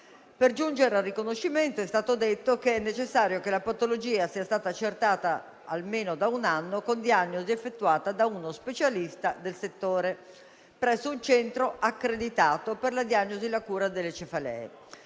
Per giungere al riconoscimento è stato detto che è necessario che la patologia sia stata accertata almeno da un anno, con diagnosi effettuata da uno specialista del settore presso un centro accreditato per la diagnosi e la cura delle cefalee.